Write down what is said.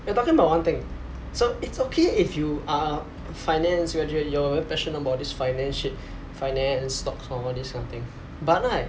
you're talking about one thing so it's okay if you are finance graduate you're passionate about this financial shit finance stocks or all this kind of thing but right